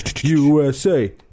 USA